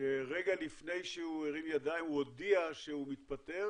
רגע לפני שהוא הרים ידיים הוא הודיע שהוא מתפטר